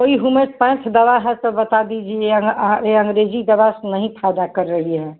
कोई होमीओपैथ दवा है तो बता दीजिए यह अंग्रेज़ी दवा से नहीं फ़ायदा कर रही है